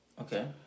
Okay